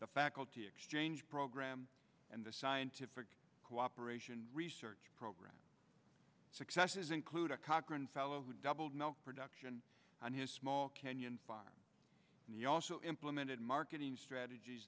the faculty exchange program and the scientific cooperation research program successes include a cochrane fellow who doubled milk production on his small canyon fire and he also implemented marketing strategies